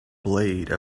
blade